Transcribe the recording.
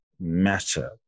matter